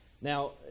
now